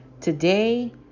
Today